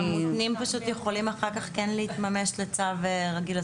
המותנים פשוט יכולים אחר כך כן להתממש לצו רגיל,